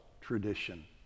tradition